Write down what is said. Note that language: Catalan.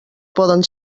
poden